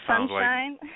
sunshine